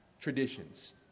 traditions